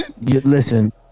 Listen